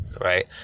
right